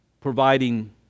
providing